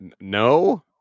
no